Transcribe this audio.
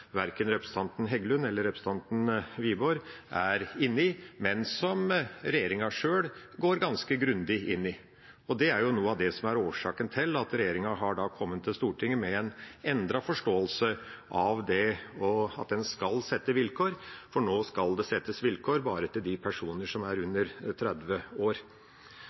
regjeringa sjøl går ganske grundig inn i, og det er noe av det som er årsaken til at regjeringa har kommet til Stortinget med en endret forståelse av det at en skal sette vilkår, for nå skal det settes vilkår bare for de personene som er under 30 år.